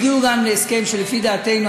הגיעו גם להסכם שלפי דעתנו,